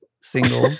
single